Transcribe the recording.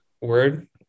word